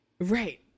Right